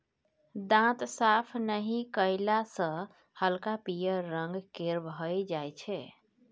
दांत साफ नहि कएला सँ हल्का पीयर रंग केर भए जाइ छै